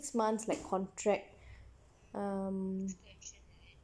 six months like contract